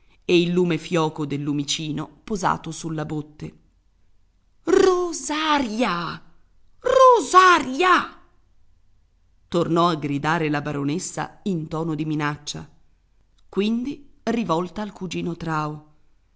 il barlume fioco del lumicino posato sulla botte rosaria rosaria tornò a gridare la baronessa in tono di minaccia quindi rivolta al cugino trao